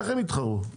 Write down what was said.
איך יתחרו?